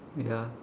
ya